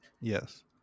Yes